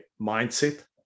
mindset